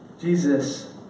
Jesus